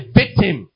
victim